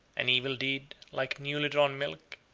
an evil deed, like newly-drawn milk,